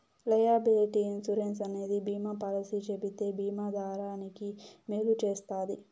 liability insurance అనేది బీమా policy చెబితే బీమా దారానికి మేలు చేస్తది